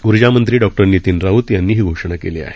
ऊर्जामंत्री डॉ नितीन राऊत यांनी ही घोषणा केली आहे